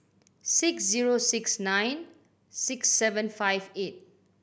six zero six nine six seven five eight